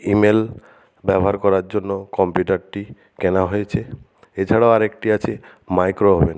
email ব্যবহার করার জন্য কম্পিউটারটি কেনা হয়েছে এছাড়াও আর একটি আছে মাইক্রো ওভেন